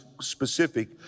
specific